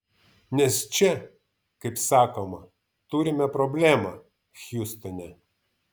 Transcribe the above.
nes čia kaip sakoma turime problemą hiustone